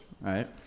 right